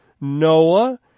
Noah